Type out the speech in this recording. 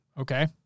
okay